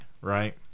right